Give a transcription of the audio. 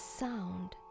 sound